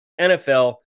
NFL